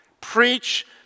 Preach